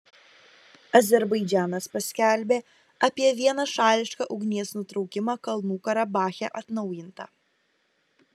azerbaidžanas paskelbė apie vienašališką ugnies nutraukimą kalnų karabache atnaujinta